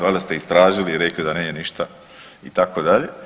Valjda ste istražili i rekli da nije ništa itd.